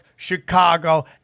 Chicago